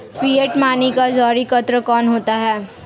Fiat money का जारीकर्ता कौन होता है?